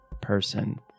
person